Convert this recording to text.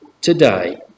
today